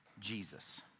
Jesus